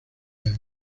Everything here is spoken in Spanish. año